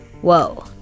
whoa